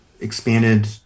expanded